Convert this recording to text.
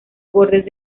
bordes